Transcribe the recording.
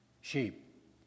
sheep